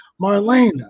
Marlena